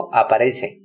aparece